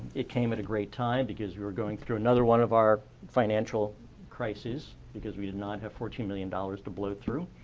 it came a great time because we were going through another one of our financial crises because we did not have fourteen million dollars to blow through.